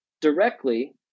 directly